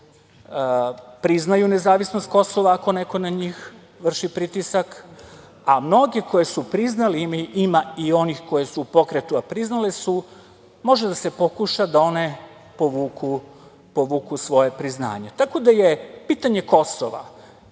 priznaju nezavisnost Kosova ako neko na njih vrši pritisak, a mnoge koje su priznale, ima i onih koje su u pokretu, a priznale su, može da se pokuša da one povuku svoje priznanje. Tako da su pitanje Kosova